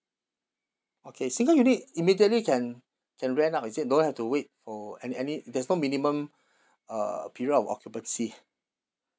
okay single unit immediately can can rent out is it don't have to wait for any any there's no minimum uh period of occupancy